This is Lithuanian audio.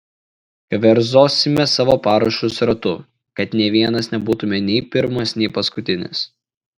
keverzosime savo parašus ratu kad nė vienas nebūtume nei pirmas nei paskutinis